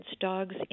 Dogs